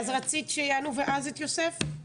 אוקיי, אז רצית שיענו ואז את יוסף?